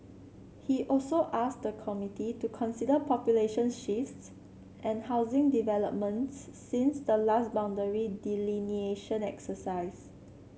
he also asked the committee to consider population shifts and housing developments since the last boundary delineation exercise